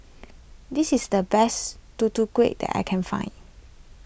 this is the best Tutu Kueh that I can find